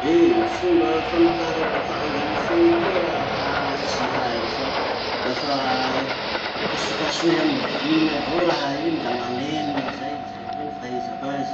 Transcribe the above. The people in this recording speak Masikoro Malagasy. Eh fomba famokara lokanga io feo koa ah tsy haiko fa lafa kasokasohy amy viny avao raha iny la maneno i zay. Zay avao ny fahaizako azy.